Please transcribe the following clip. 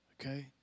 okay